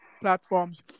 platforms